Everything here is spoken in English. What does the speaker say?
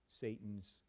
Satan's